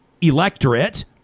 electorate